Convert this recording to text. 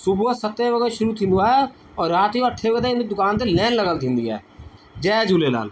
सुबुह जो सतें वॻे शुरू थींदो आहे ऐं राति जो अठें वॻे ताईं हिन ई दुकान ते लैन लॻलु थींदी आहे जय झूलेलाल